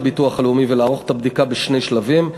הביטוח הלאומי ולערוך את הבדיקה בשני שלבים: